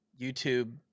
YouTube